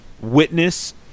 witness